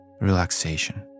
relaxation